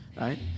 Right